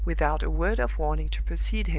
without a word of warning to proceed him,